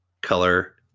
color